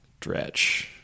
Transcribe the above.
dretch